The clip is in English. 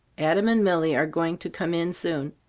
adam and milly are going to come in soon,